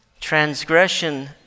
Transgression